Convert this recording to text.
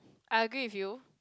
I agree with you